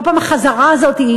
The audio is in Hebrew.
כל פעם החזרה הזאת,